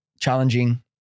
Challenging